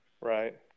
right